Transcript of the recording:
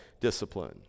discipline